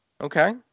Okay